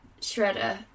Shredder